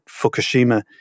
Fukushima